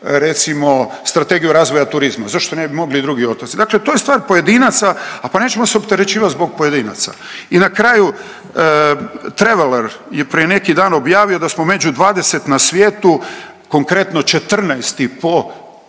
recimo Strategiju razvoja turizma, zašto ne bi mogli i drugi otoci. Dakle, to je stvar pojedinaca, a pa nećemo se opterećivat zbog pojedinaca. I na kraju Treveler je prije neki dan objavio da smo među 20 na svijetu konkretno 14. po